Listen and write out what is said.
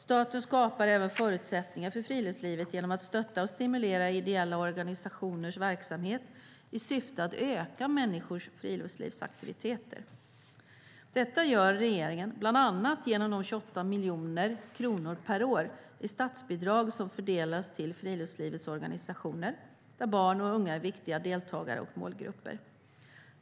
Staten skapar även förutsättningar för friluftslivet genom att stötta och stimulera ideella organisationers verksamhet i syfte att öka människors friluftslivsaktiviteter. Detta gör regeringen bland annat genom de 28 miljoner kronor per år i statsbidrag som fördelas till friluftslivets organisationer, där barn och unga är viktiga deltagare och målgrupper.